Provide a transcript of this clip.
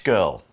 Girl